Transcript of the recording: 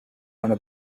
under